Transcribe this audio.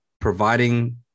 providing